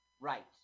Right